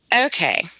okay